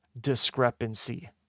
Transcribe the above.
discrepancy